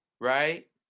right